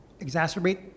exacerbate